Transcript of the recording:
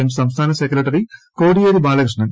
M സംസ്മാൻ secretary Kodiyeri Balakrishnan